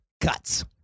Cuts